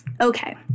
okay